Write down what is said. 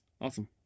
Awesome